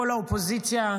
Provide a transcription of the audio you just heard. כל האופוזיציה,